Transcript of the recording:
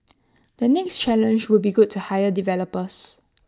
the next challenge would be good to hire developers